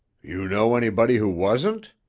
you know anybody who wasn't?